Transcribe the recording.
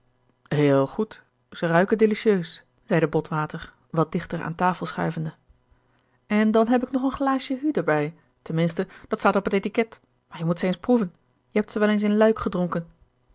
heel goed ze ruiken delicieus zeide botwater wat dichter aan tafel schuivende en dan heb ik nog een glaasje huy er bij ten minste dat staat op het etiquet maar je moet ze eens proeven je hebt ze wel eens in luik gedronken